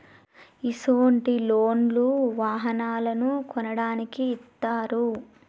ఇసొంటి లోన్లు వాహనాలను కొనడానికి ఇత్తారు